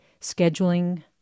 scheduling